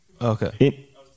Okay